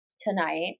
tonight